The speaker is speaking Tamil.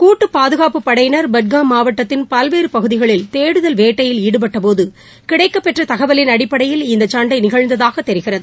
கூட்டு பாதுகாப்புப்படையினர் பட்காம் மாவட்டத்தின் பல்வேறு பகுதிகளில் தேடுதல் வேட்டையில் ஈடுபட்டபோது கிடைக்கப்பெற்ற தகவலின் அடிப்படையில் இந்த சண்டை நிகழ்ந்ததாக தெரிகிறது